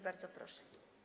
Bardzo proszę.